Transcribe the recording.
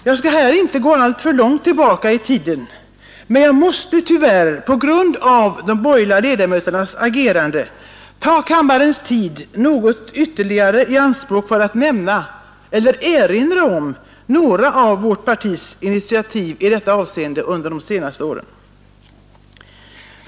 Jag skall här inte gå alltför långt tillbaka i tiden, men jag måste tyvärr på grund av de borgerliga ledamöternas agerande ta kammarens tid något ytterligare i anspråk för att erinra om några av vårt partis initiativ i detta avseende under de senaste åren.